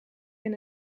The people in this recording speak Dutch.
een